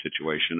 situation